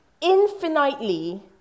infinitely